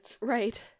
right